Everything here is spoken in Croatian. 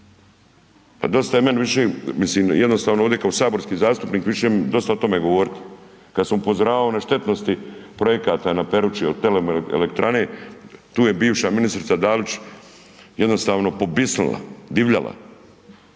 Pa dosta je meni više, mislim jednostavno ovdje kao saborski zastupnik više mi je dosta o tome govoriti. Kad sam upozoravao na štetnosti projekata na Perući, .../Govornik se ne razumije./... tu je bivša ministrica Dalić jednostavno pobjesnila, divljala.